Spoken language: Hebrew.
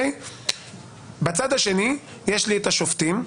בצד השני יש לי את השופטים,